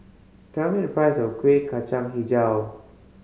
tell me the price of Kuih Kacang Hijau